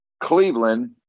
Cleveland